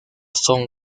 son